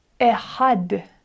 Ehad